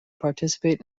participate